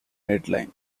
madeline